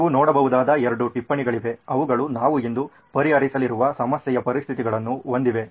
ನೀವು ನೋಡಬಹುದಾದ ಎರಡು ಟಿಪ್ಪಣಿಗಳಿವೆ ಅವುಗಳು ನಾವು ಇಂದು ಪರಿಹರಿಸಲಿರುವ ಸಮಸ್ಯೆಯ ಪರಿಸ್ಥಿತಿಗಳನ್ನು ಹೊಂದಿವೆ